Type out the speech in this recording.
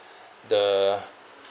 the